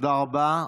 תודה רבה.